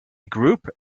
group